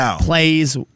plays